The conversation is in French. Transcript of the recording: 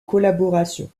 collaboration